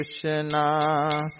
Krishna